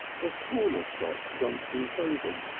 the corner shop johnson favoured.